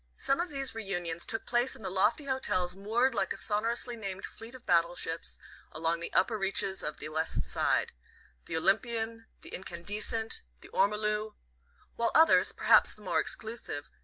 some of these reunions took place in the lofty hotels moored like a sonorously named fleet of battle-ships along the upper reaches of the west side the olympian, the incandescent, the ormolu while others, perhaps the more exclusive,